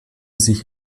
sich